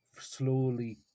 slowly